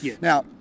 Now